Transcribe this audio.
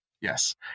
Yes